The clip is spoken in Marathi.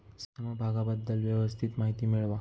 समभागाबद्दल व्यवस्थित माहिती मिळवा